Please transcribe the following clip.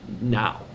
now